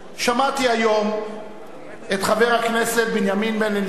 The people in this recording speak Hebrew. שמעתי היום את חבר הכנסת בנימין בן-אליעזר,